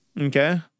Okay